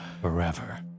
Forever